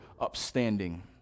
upstanding